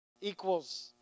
equals